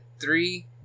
three